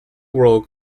world